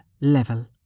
level